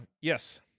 yes